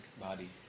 body